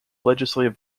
legislative